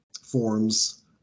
forms